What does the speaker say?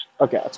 Okay